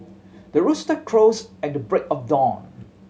the rooster crows at the break of dawn